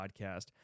podcast